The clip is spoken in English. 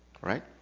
Right